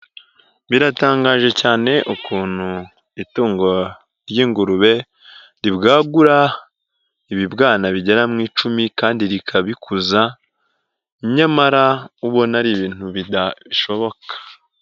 Biratangaje cyane ukuntu itungo ry'ingurube ribwagura ibibwana bigera mu icumi kandi rikabikuza nyamara ubona ari ibintu bidashoboka.